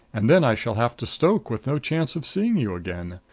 and then i shall have to stoke, with no chance of seeing you again.